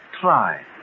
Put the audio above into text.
try